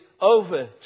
over